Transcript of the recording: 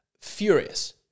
Furious